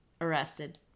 arrested